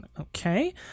Okay